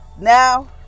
now